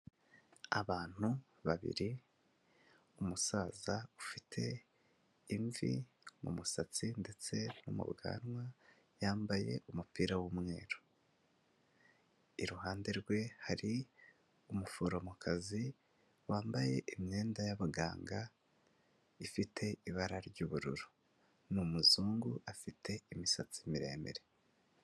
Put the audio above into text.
Abantu babiri umusaza ufite imvi mu musatsi ndetse no mu bwanwa, yambaye umupira w'umweru, iruhande rwe hari umuforomokazi wambaye imyenda y'abaganga ifite ibara ry'ubururu ni umuzungu afite imisatsi miremire.